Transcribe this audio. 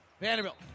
Vanderbilt